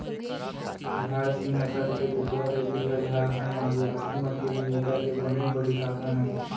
झार सीम नसल के कुकरा कुकरी ह झारखंड म आदिवासी मन के जीविका के बनेच बड़े साधन अय